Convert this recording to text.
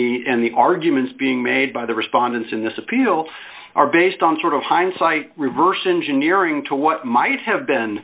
the and the arguments being made by the respondents in this appeal are based on sort of hindsight reverse engineering to what might have been